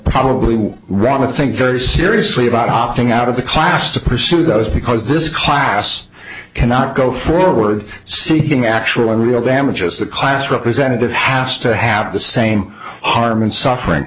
probably wrong and think very seriously about opting out of the class to pursue those because this class cannot go forward seeking actual real damages the class representative hasta have the same harm and suffering